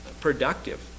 productive